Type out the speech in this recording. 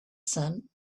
sun